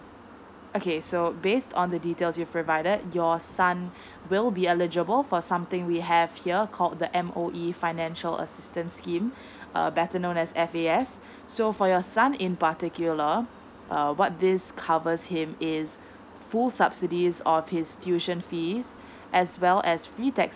okay so based on the details you provided your son will be eligible for something we have here called the M_O_E financial assistance scheme uh better know as S A F so for your son in particular uh what this covers him is full subsidies of his tuition fees as well as free text